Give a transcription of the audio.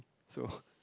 so